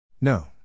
No